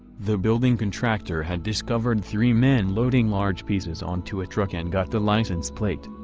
the building contractor had discovered three men loading large pieces onto a truck and got the license plate.